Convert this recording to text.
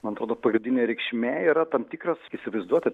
man atrodo pagrindinė reikšmė yra tam tikras įsivaizduoti